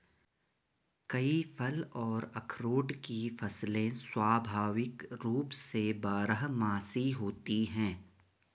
कई फल और अखरोट की फसलें स्वाभाविक रूप से बारहमासी होती हैं